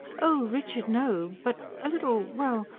oh, richard, no. but a little. well,